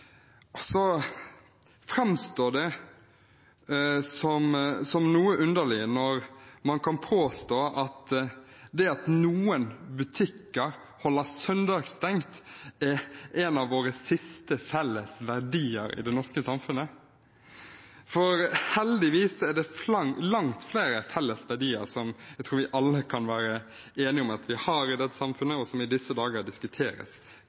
Det framstår som noe underlig når man kan påstå at det at noen butikker holder søndagsstengt, er en av våre siste felles verdier i det norske samfunnet. Heldigvis er det langt flere felles verdier som jeg tror vi alle kan være enige om at vi har i dette samfunnet, og som i disse dager diskuteres